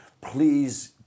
please